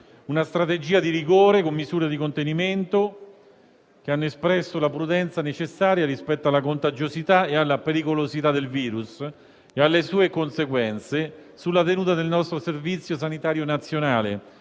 una strategia di rigore, con misure di contenimento che hanno espresso la prudenza necessaria rispetto alla contagiosità, alla pericolosità del virus e alle sue conseguenze sulla tenuta del nostro Servizio sanitario nazionale,